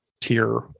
tier